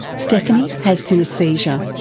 stephanie has synaesthesia.